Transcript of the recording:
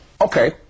Okay